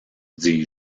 dis